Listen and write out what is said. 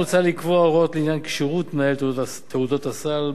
מוצע לקבוע הוראות לעניין כשירות מנהל תעודות הסל,